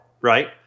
right